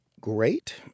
great